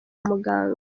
muganga